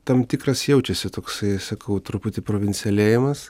tam tikras jaučiasi toksai sakau truputį provincialėjimas